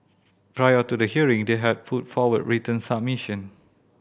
prior to the hearing they had put forward written submission